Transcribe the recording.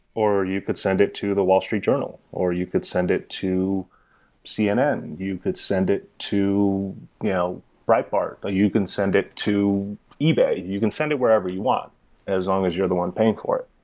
you could send it to the wall street journal, or you could send it to cnn, you could send it to you know bright park, or you can send it to ebay. you can send it wherever you want as long as you're the one paying for